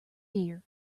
ear